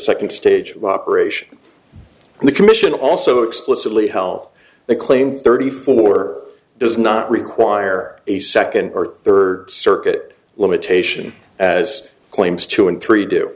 second stage operation and the commission also explicitly hell they claim thirty four does not require a second or third circuit limitation as claims two and three do